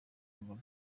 ngo